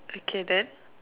okay then